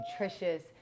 nutritious